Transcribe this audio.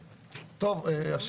שלום, אני אם